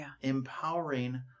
empowering